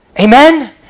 amen